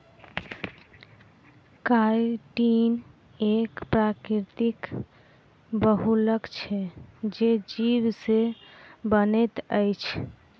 chitin एक प्राकृतिक बहुलक छै जे जीव से बनैत अछि